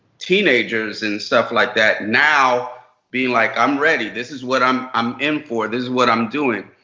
teenagers and stuff like that, now being like i'm ready. this is what i'm i'm in for. this is what i'm doing.